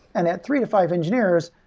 and that three to five engineers,